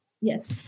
Yes